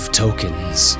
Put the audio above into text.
tokens